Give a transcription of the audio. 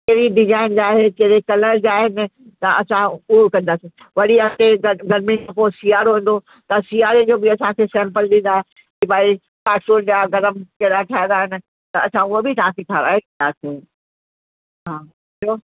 कहिड़ी डिजाइन जा आहिनि कहिड़े कलर जा आहिनि त असां उहो कंदासीं वरी अॻिते ग गर्मियुनि पोइ सियारो ईंदो त सियारे जो बि असांखे सैंपल ॾींदा की भाई ट्रैक सूट जा गरम कहिड़ा ठाहिणा आहिनि त उहो बि तव्हांखे ठाराहे ॾींदासीं हा ॿियो